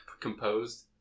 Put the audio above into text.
composed